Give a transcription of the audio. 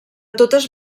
totes